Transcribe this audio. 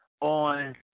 on